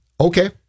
Okay